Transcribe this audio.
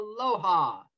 aloha